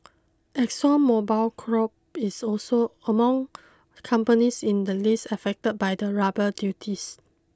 Exxon Mobil Corp is also among companies in the list affected by the rubber duties